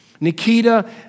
Nikita